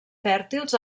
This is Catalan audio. fèrtils